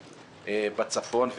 בצפון,